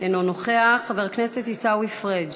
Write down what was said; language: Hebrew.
אינו נוכח, חבר הכנסת עיסאווי פריג'